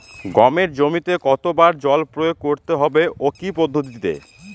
গমের জমিতে কতো বার জল প্রয়োগ করতে হবে ও কি পদ্ধতিতে?